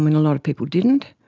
um and a lot of people didn't.